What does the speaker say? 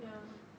ya